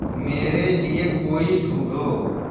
मेरे लिए कोई ढूंढो